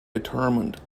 determined